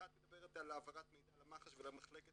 אחת מדברת על העברת מידע למח"ש ולמחלקת